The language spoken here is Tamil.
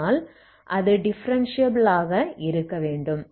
அதனால் அது டிஃபரென்ஷியபில் ஆக இருக்க வேண்டும்